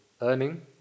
earning